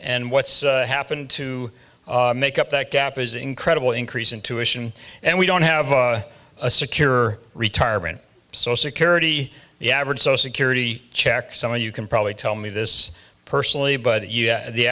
and what's happened to make up that gap is incredible increase in tuition and we don't have a secure retirement so security the average so security checks someone you can probably tell me this personally but the